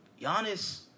Giannis